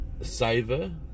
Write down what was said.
saver